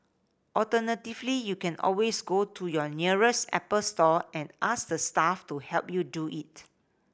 alternatively you can always go to your nearest Apple store and ask the staff to help you do it